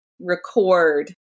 record